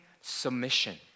submission